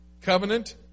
covenant